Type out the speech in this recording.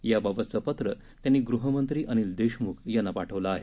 याबाबतचे पत्र त्यांनी गृहमंत्री अनिल देशमुख यांना पाठवलं आहे